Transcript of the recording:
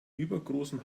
übergroßem